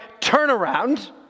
turnaround